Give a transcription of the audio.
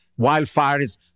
wildfires